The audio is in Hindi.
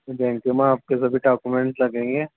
बैंके में आपके सभी डौक्यूमेंट लगेंगे